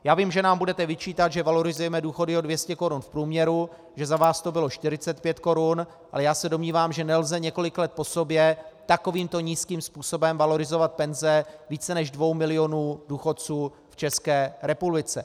Já vím, že nám budete vyčítat, že valorizujeme důchody o 200 korun v průměru, že za vás to bylo 45 korun, ale já se domnívám, že nelze několik let po sobě takovýmto nízkým způsobem valorizovat penze více než dvou milionů důchodců v České republice.